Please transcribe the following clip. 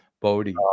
bodie